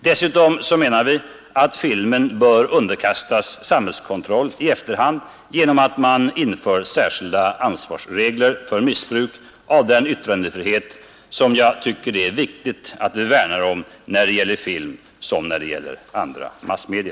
Dessutom menar vi att filmen bör underkastas samhällskontroll i efterhand genom att man inför särskilda ansvarsregler för missbruk av den yttrandefrihet som det är lika viktigt att vi värnar om när det gäller både film och andra massmedia.